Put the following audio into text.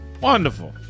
Wonderful